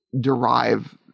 derive